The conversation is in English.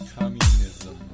Communism